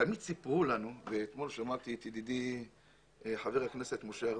תמיד סיפרו לנו ואתמול שמעתי את חבר הכנסת משה ארבל,